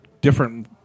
different